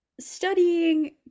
studying